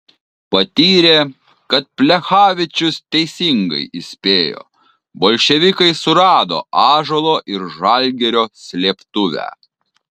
patyrė kad plechavičius teisingai įspėjo bolševikai surado ąžuolo ir žalgirio slėptuvę